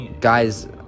Guys